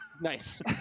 nice